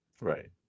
Right